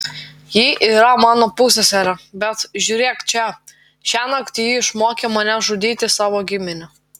ji yra mano pusseserė bet žiūrėk čia šiąnakt ji išmokė mane žudyti savo giminę